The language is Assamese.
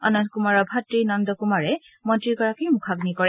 অনন্ত কুমাৰৰ ভাত় নন্দ কুমাৰে মন্ত্ৰীগৰাকীৰ মুখাণ্নি কৰে